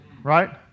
right